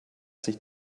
sich